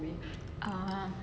ah